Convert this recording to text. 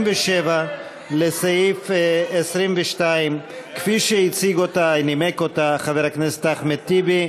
37 לסעיף 22, כפי שנימק אותה חבר הכנסת אחמד טיבי.